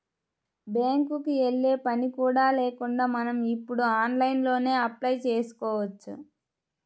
బ్యేంకుకి యెల్లే పని కూడా లేకుండా మనం ఇప్పుడు ఆన్లైన్లోనే అప్లై చేసుకోవచ్చు